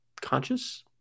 conscious